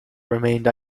remained